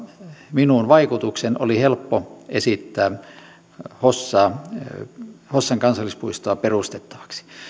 minuun vaikutuksen oli helppo esittää hossan kansallispuistoa perustettavaksi